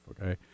Okay